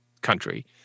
country